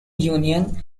union